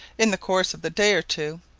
in the course of the day or two,